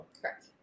Correct